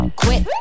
quit